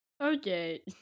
Okay